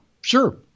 sure